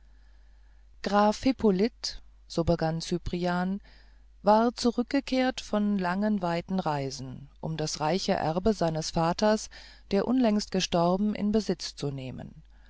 graf hyppolit so begann cyprian war zurückgekehrt von langen weiten reisen um das reiche erbe seines vaters der unlängst gestorben in besitz zu nehmen